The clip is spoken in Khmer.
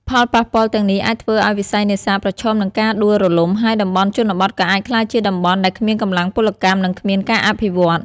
ផលប៉ះពាល់ទាំងនេះអាចធ្វើឲ្យវិស័យនេសាទប្រឈមនឹងការដួលរលំ ហើយតំបន់ជនបទក៏អាចក្លាយជាតំបន់ដែលគ្មានកម្លាំងពលកម្ម និងគ្មានការអភិវឌ្ឍន៍។